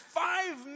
five